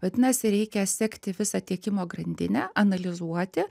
vadinasi reikia sekti visą tiekimo grandinę analizuoti